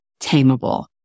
tameable